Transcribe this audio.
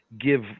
give